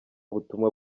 ubutumwa